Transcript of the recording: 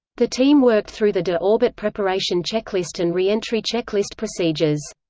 the team worked through the de-orbit preparation checklist and re-entry checklist procedures.